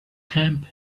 camp